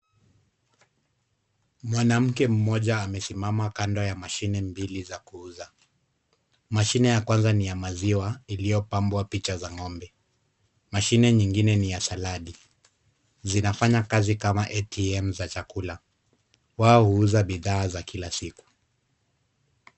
Mwanamke mmoja amesimama kando ya mashine mbili za kuuza, mashine ya kwanza ni ya maziwa iliyopambwa picha za ng'ombe. Mashine nyingine ni ya saladi zinafanya kazi kama ATM za chakula. Wao huuza bidhaa za kila siku.